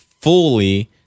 fully